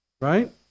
right